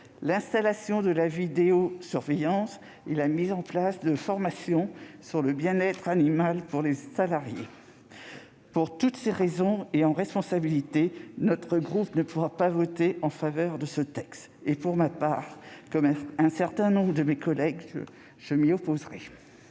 l'installation d'un système de vidéosurveillance et la mise en place de formations sur le bien-être animal pour les salariés. Pour toutes ces raisons, en responsabilité, notre groupe ne pourra pas voter en faveur de ce texte. Pour ma part, comme un certain nombre de mes collègues, je m'y opposerai.